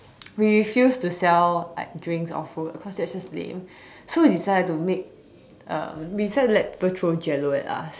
we refuse to sell like drinks or food cause that's just lame so we decided to make uh we decided to let people throw jello at us